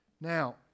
Now